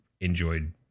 enjoyed